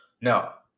Now